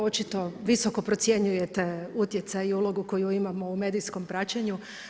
Očito visoko procjenjujete utjecaj i ulogu koju imamo u medijskom praćenju.